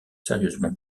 sérieusement